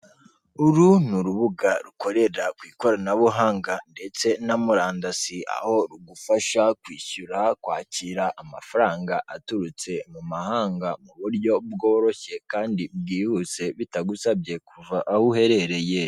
Uru ni urubuga rukorera ku ikoranabuhanga ndetse na murandasi, aho rugufasha kwishyura, kwakira amafaranga aturutse mu mahanga mu buryo bworoshye kandi bwihuse, bitagusabye kuva aho uherereye.